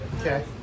Okay